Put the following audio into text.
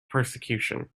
persecution